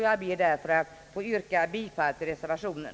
Jag ber därför att få yrka bifall till reservationen.